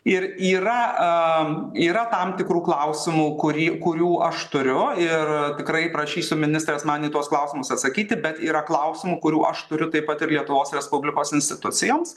ir yra aaa yra tam tikrų klausimų kurį kurių aš turiu ir tikrai prašysiu ministrės man į tuos klausimus atsakyti bet yra klausimų kurių aš turiu taip pat ir lietuvos respublikos institucijoms